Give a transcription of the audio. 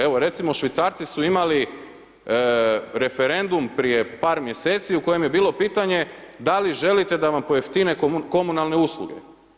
Evo, recimo Švicarci su imali referendum prije par mjeseci u kojem je bilo pitanje da li želite da vam pojeftine komunalne usluge.